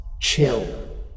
chill